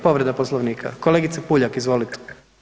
Povreda Poslovnika, kolegice Puljak, izvolite.